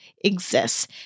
exists